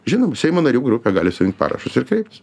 žinoma seimo narių grupė gali surinkt parašus ir kreiptis